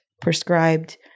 prescribed